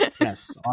Yes